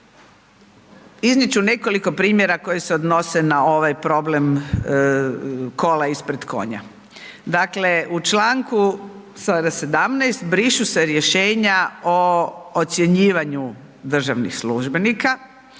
Iznijet ću nekoliko primjera koji se odnose na ovaj problem kola ispred konja. Dakle, u članku sada 17. brišu se rješenja o ocjenjivanju državnih službenik,